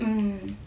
mm